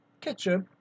ketchup